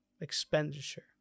expenditure